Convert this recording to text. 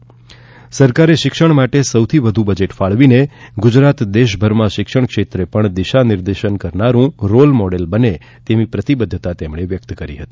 તેમણે સરકારે શિક્ષણ માટે સૌથી વધુ બજેટ ફાળવી ને ગુજરાત દેશભરમાં શિક્ષણક્ષેત્રે પણ દિશા દર્શન કરનારું રોલ મોડેલ બને તેવી પ્રતિબદ્ધતા તેમણે વ્યક્ત કરી હતી